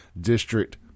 District